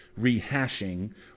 rehashing